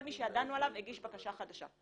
כל מי שידענו עליו הגיש בקשה חדשה.